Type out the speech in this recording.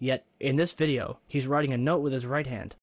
yet in this video he's writing a note with his right hand